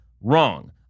Wrong